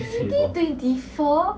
twenty twenty four